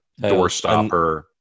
Doorstopper